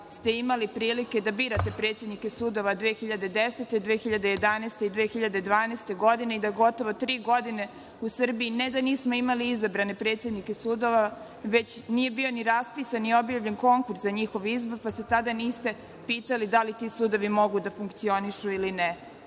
ste imali prilike da birate predsednike sudova 2010, 2011 i 2012. godine i da gotovo tri godine u Srbiji ne da nismo izabrane predsednika sudova, već nije bio ni raspisan, ni objavljen konkurs za njihov izbor pa se tada niste pitali da li ti sudovi mogu da funkcionišu ili